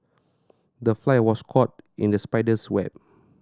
the fly was caught in the spider's web